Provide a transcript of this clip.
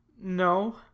No